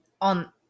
on